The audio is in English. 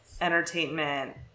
entertainment